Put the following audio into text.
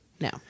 No